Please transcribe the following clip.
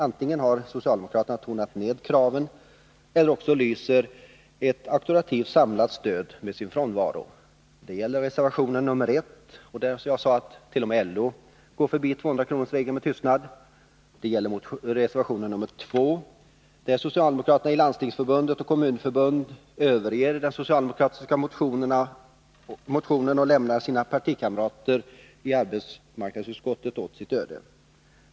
Antingen har socialdemokraterna tonat ned kraven eller också lyser ett auktoritativt samlat stöd med sin frånvaro. Det gäller reservation 1, och beträffande den sade jag att t.o.m. LO går förbi 200-kronorsregeln med tystnad. Det gäller reservation 2, där socialdemokraterna i Landstingsförbundet och Kommunförbundet överger den socialdemokratiska motionen och lämnar sina partikamrater i arbetsmarknadsutskottet åt sitt öde.